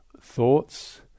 thoughts